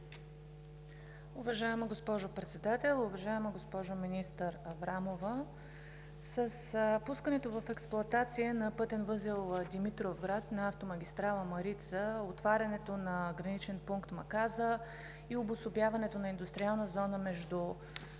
Уважаема госпожо Председател! Уважаема госпожо министър Аврамова, с пускането в експлоатация на пътен възел „Димитровград“ на автомагистрала „Марица“, отварянето на граничен пункт Маказа и обособяването на индустриална зона между